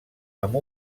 amb